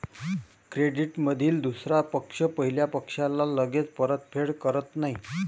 क्रेडिटमधील दुसरा पक्ष पहिल्या पक्षाला लगेच परतफेड करत नाही